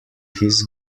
his